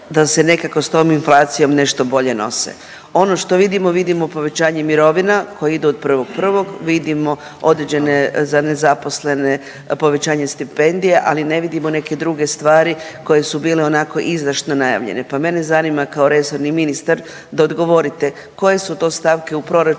da se nekako s tom inflacijom nešto bolje nose. Ono što vidimo, vidimo povećanje mirovina koje idu od 1.1., vidimo određene za nezaposlene povećanje stipendija, ali ne vidimo neke druge stvari koje su bile onako izdašno najavljene. Pa mene zanima kao resorni ministar da odgovorite, koje su to stanke u proračunu